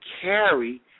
carry